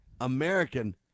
American